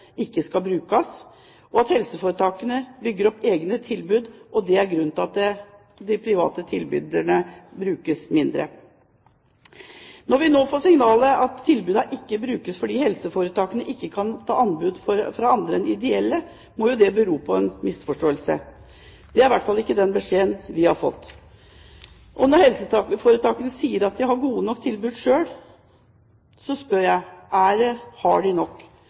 ikke skal brukes, men at helseforetakene bygger opp egne tilbud. Det er grunnen til at de private tilbyderne brukes mindre. Når vi nå får signaler om at tilbudene ikke brukes fordi helseforetakene ikke kan ta anbud fra andre enn ideelle, må det bero på en misforståelse. Det er i hvert fall ikke den beskjeden vi har fått. Når helseforetakene sier at de har gode nok tilbud selv, så spør jeg: Har de